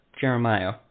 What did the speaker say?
jeremiah